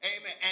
Amen